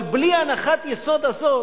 אבל בלי הנחת היסוד הזאת